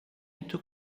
took